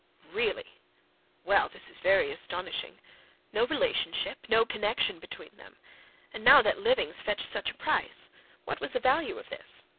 really well, this is very astonishing no relationship no connection between them and now that livings fetch such a price what was the value of this?